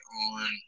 on